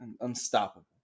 Unstoppable